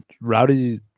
rowdy